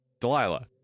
delilah